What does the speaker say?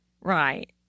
right